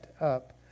up